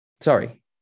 sorry